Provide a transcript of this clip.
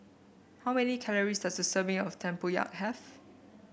how many calories does a serving of Tempoyak have